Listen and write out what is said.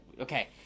Okay